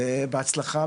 אני נעם ליכטר,